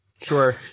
Sure